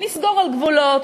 נסגור על גבולות,